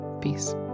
Peace